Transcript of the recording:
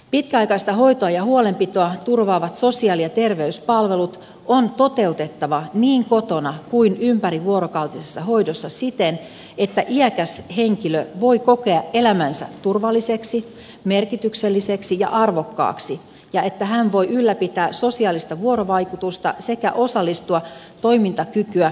pitkäaikaista hoitoa ja huolenpitoa turvaavat sosiaali ja terveyspalvelut on toteutettava niin kotona kuin ympärivuorokautisessa hoidossa siten että iäkäs henkilö voi kokea elämänsä turvalliseksi merkitykselliseksi ja arvokkaaksi ja että hän voi ylläpitää sosiaalista vuorovaikutusta sekä osallistua toimintakykyä edistävään toimintaan